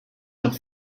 noch